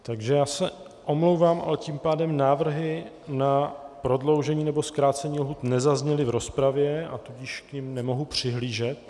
Takže já se omlouvám, ale tím pádem návrhy na prodloužení nebo zkrácení lhůt nezazněly v rozpravě, a tudíž k nim nemohu přihlížet.